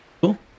Cool